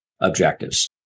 objectives